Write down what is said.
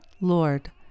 Lord